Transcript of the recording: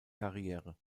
karriere